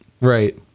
Right